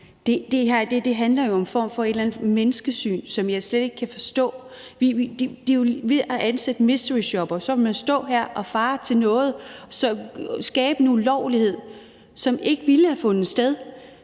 Det her handler om en form for menneskesyn, som jeg slet ikke kan forstå. Ved at ansætte mysteryshoppere vil man stå her og være fadder til at skabe en ulovlighed, som ikke ville have fundet sted.